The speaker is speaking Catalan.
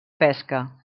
pesca